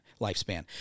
lifespan